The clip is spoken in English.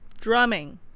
Drumming